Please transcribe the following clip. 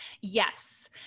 Yes